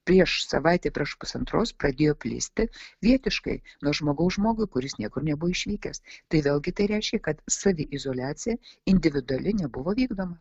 prieš savaitę prieš pusantros pradėjo plisti vietiškai nuo žmogaus žmogui kuris niekur nebuvo išvykęs tai vėlgi tai reiškia kad saviizoliacija individuali nebuvo vykdoma